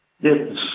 Yes